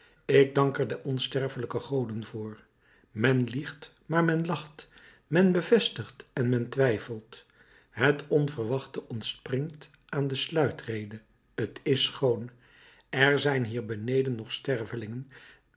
ik dank er de onsterfelijke goden voor men liegt maar men lacht men bevestigt en men twijfelt het onverwachte ontspringt aan de sluitrede t is schoon er zijn hier beneden nog stervelingen